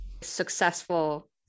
successful